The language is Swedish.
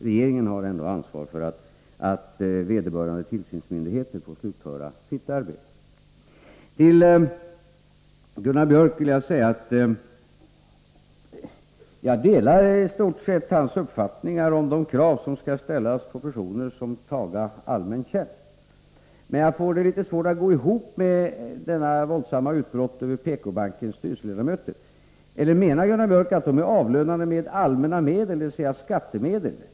Regeringen har ändå ansvar för att vederbörande tillsynsmyndigheter får slutföra sitt arbete. Jag delar i stort sett Gunnar Biörcks i Värmdö uppfattningar om de krav som skall ställas på personer som ”taga allmän tjänst”. Men jag får det litet svårt att gå ihop med detta våldsamma utbrott över PK-bankens styrelseledamöter. Menar Gunnar Biörck att de skulle vara avlönade med allmänna medel, dvs. skattemedel?